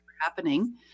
happening